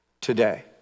today